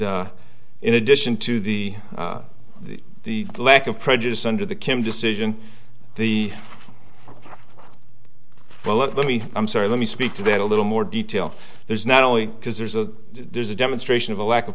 that in addition to the the lack of prejudice under the kim decision the well let me i'm sorry let me speak to that a little more detail there is not only because there's a there's a demonstration of a lack of